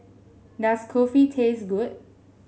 does Kulfi taste good